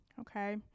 okay